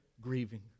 grieving